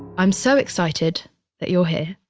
i'm so excited that you're here.